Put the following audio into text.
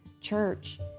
church